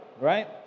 right